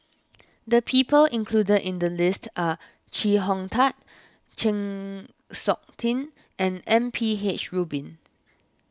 the people included in the list are Chee Hong Tat Chng Seok Tin and M P H Rubin